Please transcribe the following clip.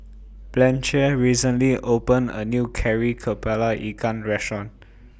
Blanchie recently opened A New Kari Kepala Ikan Restaurant